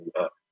up